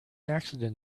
accident